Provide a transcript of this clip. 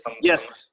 Yes